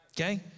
Okay